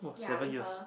seven years